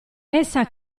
essa